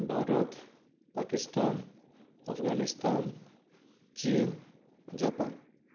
भारत पाकिस्तान अफगानिस्तान चीन जपान